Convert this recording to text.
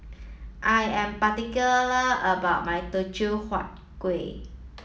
I am particular about my Teochew Huat Kueh